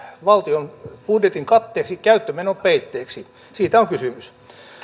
valtion budjetin katteeksi käyttömenon peitteeksi siitä on kysymys